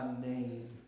name